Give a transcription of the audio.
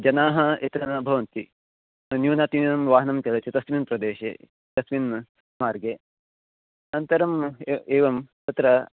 जनाः यत्र न भवन्ति न्यूनातिन्यूनं वाहनं चलति तस्मिन् प्रदेशे तस्मिन् मार्गे अनन्तरम् एवम् एवं तत्र